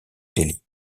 delhi